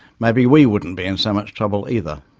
maybe we wouldn't be in so much trouble either.